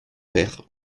père